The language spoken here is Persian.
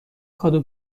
کادو